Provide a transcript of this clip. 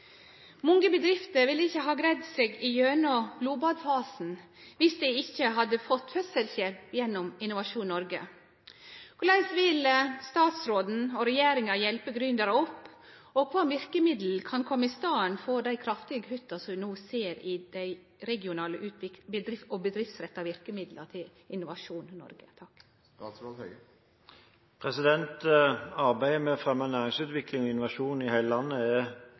Mange bedrifter ville ikkje ha greidd seg gjennom «blodbadfasen» dersom dei ikkje hadde fått fødselshjelp gjennom Innovasjon Noreg. Korleis vil statsråden hjelpe gründerar opp, og kva verkemiddel vil koma i staden for dei kraftige kutta i regionale utviklingsmiddel/bedriftsretta verkemiddel i Distrikts-Norge?» Arbeidet med å fremme næringsutvikling og innovasjon i hele landet er veldig viktig for regjeringen, og det å forbedre vilkårene for gründere og